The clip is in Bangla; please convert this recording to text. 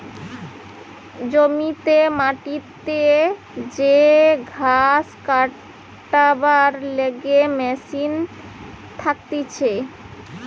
জমিতে মাটিতে যে ঘাস কাটবার লিগে মেশিন থাকতিছে